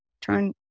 turn